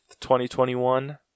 2021